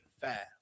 fast